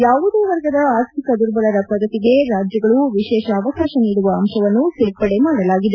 ಯಾವುದೇ ವರ್ಗದ ಆರ್ಥಿಕ ದುರ್ಬಲರ ಪ್ರಗತಿಗೆ ರಾಜ್ಲಗಳು ವಿಶೇಷ ಅವಕಾಶ ನೀಡುವ ಅಂಶವನ್ನು ಸೇರ್ಪಡೆ ಮಾಡಲಾಗಿದೆ